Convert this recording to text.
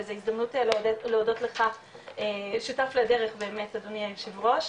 וזו הזדמנות להודות לך שותף לדרך באמת אדוני היושב ראש,